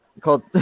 called